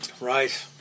Right